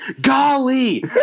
golly